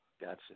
Gotcha